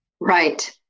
right